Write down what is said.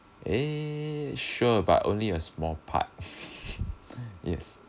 eh sure but only a small part yes